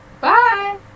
Bye